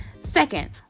Second